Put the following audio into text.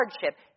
hardship